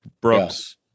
brooks